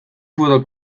futbol